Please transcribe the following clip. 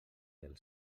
del